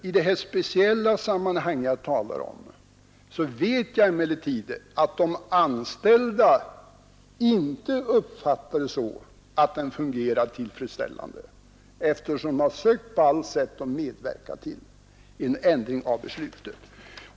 I det speciella sammanhang som jag talar om vet jag emellertid att de anställda inte uppfattar det så att den fungerat tillfredsställande, eftersom de på allt sätt har försökt att få en ändring av besluten.